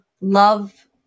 love